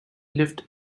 lived